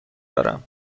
دارم